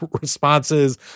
responses